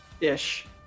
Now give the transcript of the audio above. Ish